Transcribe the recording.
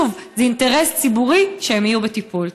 שוב, זה אינטרס ציבורי שהם יהיו בטיפול.